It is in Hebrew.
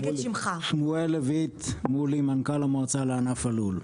שמואל לויט, מנכ"ל המועצה לענף הלול.